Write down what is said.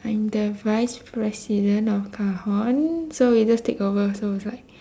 I'm the vice president of cajon so we just take over so it's like